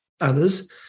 others